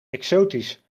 exotisch